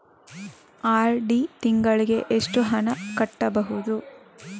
RD ತಿಂಗಳಿಗೆ ಎಷ್ಟು ಹಣ ಕಟ್ಟಬಹುದು?